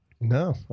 No